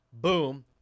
boom